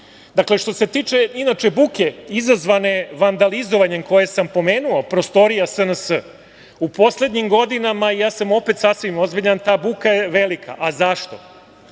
povodom. Što se tiče inače buke izazvane vandalizovanjem koje sam pomenuo, prostorija SNS, u poslednjim godinama i sasvim sam ozbiljan, ta buka je velika, a zašto?